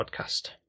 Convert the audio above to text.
podcast